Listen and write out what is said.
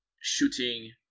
shooting